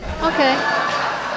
Okay